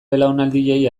belaunaldiei